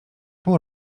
pół